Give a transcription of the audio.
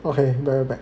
okay we're back